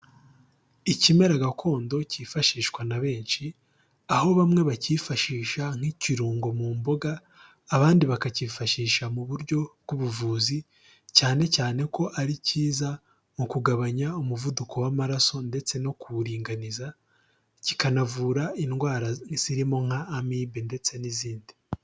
Ikimera gakondo cyifashishwa na benshi aho bamwe bacyifashisha nk'ikirungo mu mboga, abandi bakacyifashisha mu buryo bw'ubuvuzi cyane cyane ko ari cyiza mu kugabanya umuvuduko w'amaraso ndetse no kuwuringaniza, kikanavura indwara zirimo nka amibe ndetse n'izindi.